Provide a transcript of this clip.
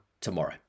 tomorrow